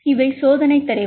இவை சோதனை தரவு